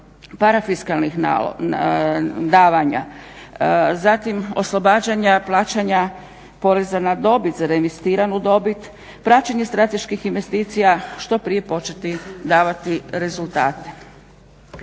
parafiskalnih davanja, zatim oslobađanja plaćanja poreza na dobit za reinvestiranu dobit, praćenje strateških investicija što prije početi davati rezultate.